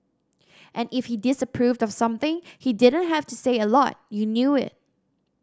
and if he disapproved of something he didn't have to say a lot you knew it